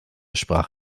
sprach